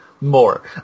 more